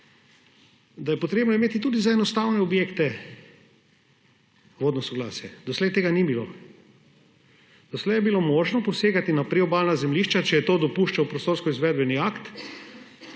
da je potrebno imeti tudi za enostavne objekte vodno soglasje. Doslej tega ni bilo. Doslej je bilo mogoče posegati na priobalna zemljišča, če je to dopuščal prostorski izvedbeni akt